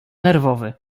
nerwowy